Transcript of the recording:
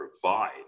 provide